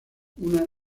una